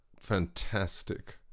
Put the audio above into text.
fantastic